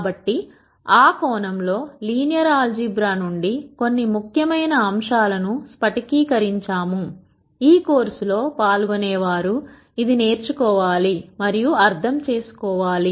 కాబట్టి ఆ కోణంలో లీనియర్ ఆల్ జీబ్రా నుండి కొన్ని ముఖ్యమైన అంశాలను స్ఫటికీకరించాము ఈ కోర్సులో పాల్గొనేవారు ఇది నేర్చుకోవాలి మరియు అర్థం చేసుకో వాలి